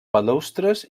balustres